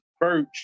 Birch